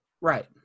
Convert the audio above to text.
Right